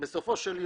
בסופו של יום,